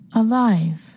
alive